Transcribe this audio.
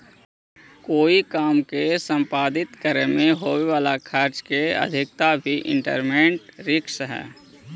कोई काम के संपादित करे में होवे वाला खर्च के अधिकता भी इन्वेस्टमेंट रिस्क हई